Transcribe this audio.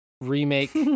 Remake